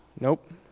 Nope